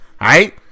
right